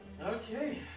Okay